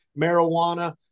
marijuana